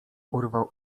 urwał